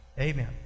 Amen